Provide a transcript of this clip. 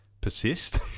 persist